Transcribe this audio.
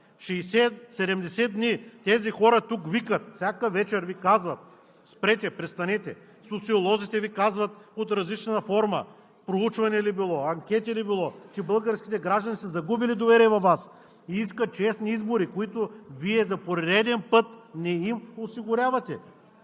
60 – 70 дни тези хора тук викат, всяка вечер Ви казват: „Спрете, престанете!“ Социолозите под различна форма Ви казват – чрез проучване ли било, с анкети ли било, че българските граждани са загубили доверие във Вас и искат честни избори, които Вие за пореден път не им осигурявате!